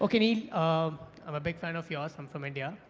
okay neil, um i'm a big fan of yours. i'm from india.